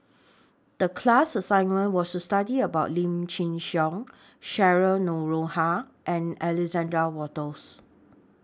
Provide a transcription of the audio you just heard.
The class assignment was to study about Lim Chin Siong Cheryl Noronha and Alexander Wolters